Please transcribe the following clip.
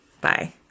Bye